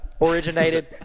Originated